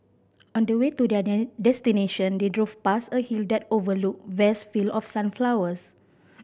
on the way to their destination they drove past a hill that overlook vast field of sunflowers